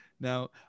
Now